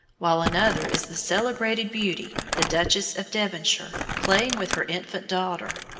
while another is the celebrated beauty, the duchess of devonshire, playing with her infant daughter.